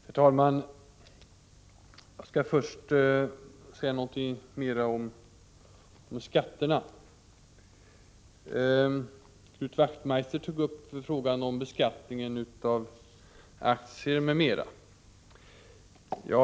Herr talman! Jag skall först säga någonting mera om skatterna. Knut Wachtmeister tog upp frågan om beskattningen av aktier m.m.